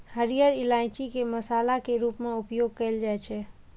हरियर इलायची के मसाला के रूप मे उपयोग कैल जाइ छै